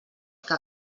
que